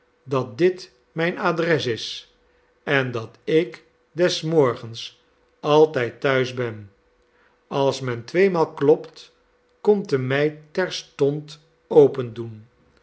dat dit mijn adres is en dat ik des morgens altijd thuis ben als men tweemaal klopt komt de meid terstond opendoen